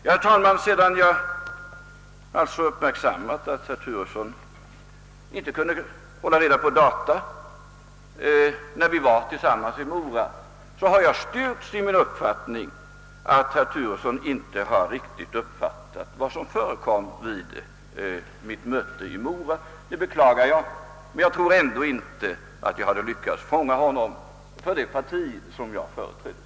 Ja, herr talman, sedan jag således uppmärksammat att herr Turesson inte kunnat hålla reda på vilket datum vi träffades i Mora så har jag styrkts i min uppfattning att herr Turesson inte har riktigt uppfattat vad som förekom vid vårt möte i Mora. Det beklagar jag, men jag tror ändå inte att jag skulle ha lyckats fånga honom för det parti som jag företräder.